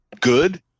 good